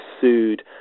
sued